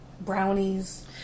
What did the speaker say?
brownies